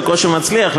בקושי מצליח,